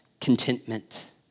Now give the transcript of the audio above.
contentment